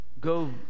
Go